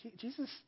Jesus